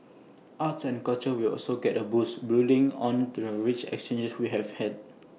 arts and culture will also get A boost building on the rich exchanges we have had